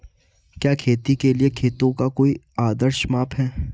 क्या खेती के लिए खेतों का कोई आदर्श माप है?